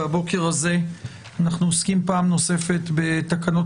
והבוקר הזה אנחנו עוסקים פעם נוספת בתקנות